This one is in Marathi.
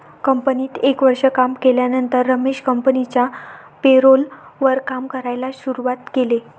कंपनीत एक वर्ष काम केल्यानंतर रमेश कंपनिच्या पेरोल वर काम करायला शुरुवात केले